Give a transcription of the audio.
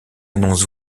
annonce